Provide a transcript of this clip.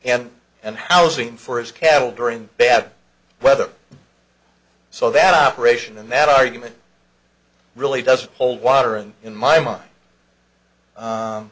and and housing for his cattle during bad weather so that operation and that argument really doesn't hold water and in my mind